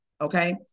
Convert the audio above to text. okay